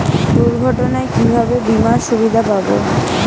দুর্ঘটনায় কিভাবে বিমার সুবিধা পাব?